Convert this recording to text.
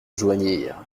joignirent